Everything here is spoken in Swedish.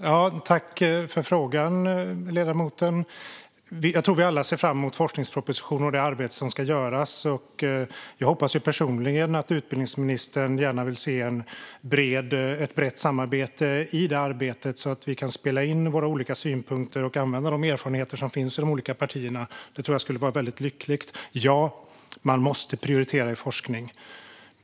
Herr talman! Tack, ledamoten, för frågan! Jag tror att vi alla ser fram emot forskningspropositionen och det arbete som ska göras. Jag hoppas personligen att utbildningsministern gärna vill se ett brett samarbete i detta arbete så att vi kan spela in våra olika synpunkter och använda de erfarenheter som finns i de olika partierna. Det tror jag skulle vara väldigt lyckligt. Ja, man måste prioritera i forskning.